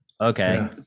Okay